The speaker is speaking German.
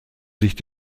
sich